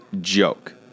joke